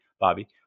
Bobby